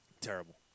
Terrible